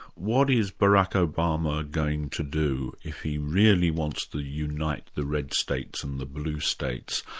what is barack obama going to do if he really wants to unite the red states and the blue states?